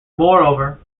moreover